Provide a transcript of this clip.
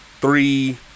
three